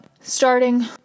starting